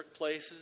workplaces